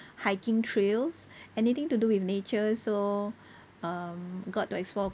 hiking trails anything to do with nature so um got to explore